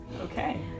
Okay